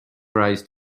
rise